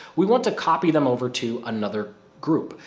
we want to copy them over to another group.